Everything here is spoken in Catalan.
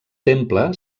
temple